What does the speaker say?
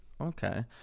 Okay